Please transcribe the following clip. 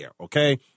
okay